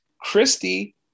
Christy